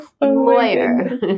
lawyer